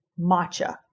matcha